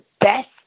best